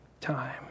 time